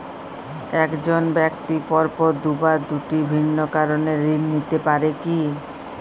এক জন ব্যক্তি পরপর দুবার দুটি ভিন্ন কারণে ঋণ নিতে পারে কী?